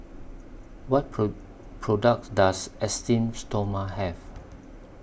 What pro products Does Esteem Stoma Have